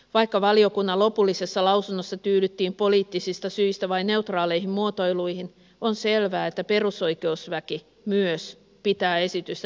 vaikka valiokunnan lopullisessa lausunnossa tyydyttiin poliittisista syistä vain neutraaleihin muotoiluihin on selvää että myös perusoikeusväki pitää esitystä tervetulleena